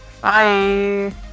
bye